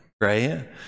right